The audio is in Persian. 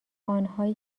آنهایی